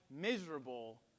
miserable